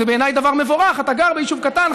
זה בעיניי דבר מבורך: אתה גר ביישוב קטן,